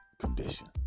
condition